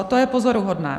To je pozoruhodné!